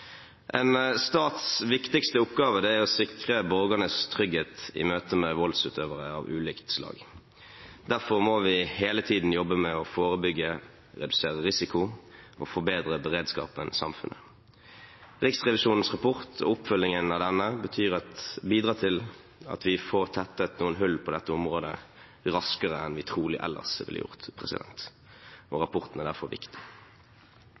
En stats viktigste oppgave er å sikre borgernes trygghet i møte med voldsutøvere av ulikt slag. Derfor må vi hele tiden jobbe med å forebygge, redusere risiko og forbedre beredskapen i samfunnet. Riksrevisjonens rapport og oppfølgingen av denne bidrar til at vi får tettet noen hull på dette området raskere enn vi trolig ellers ville gjort, og rapporten er derfor viktig.